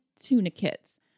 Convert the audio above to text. tunicates